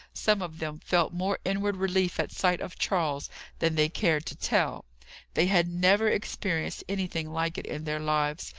some of them felt more inward relief at sight of charles than they cared to tell they had never experienced anything like it in their lives,